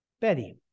Betty